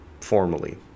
formally